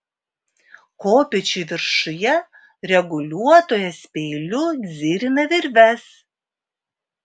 kopėčių viršuje reguliuotojas peiliu dzirina virves